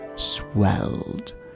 swelled